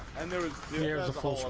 and there is a year the full